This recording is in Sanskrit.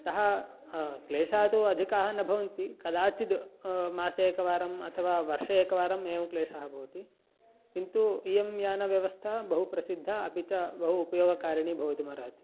अतः क्लेशाः तु अधिकाः न भवन्ति कदाचिद् मासे एकवारम् अथवा वर्षे एकवारम् एवं क्लेशाः भवन्ति किन्तु इयं यानव्यवस्था बहु प्रसिद्धा अपि च बहु उपयोगकारिणी भवितुमर्हति